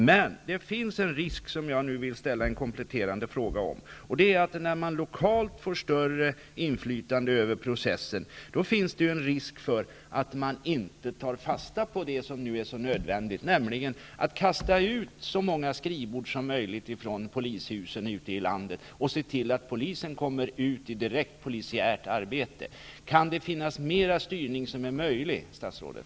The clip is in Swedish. Men det finns en risk som jag vill ställa en kompletterande fråga om. När man lokalt får större inflytande över processen, finns det en risk för att man inte tar fasta på det som är så nödvändigt, nämligen att kasta ut så många skrivbord som möjligt från polishusen i landet och se till att poliserna kommer ut i direkt polisiärt arbete. Är det möjligt att utöva mer styrning, statsrådet?